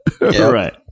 right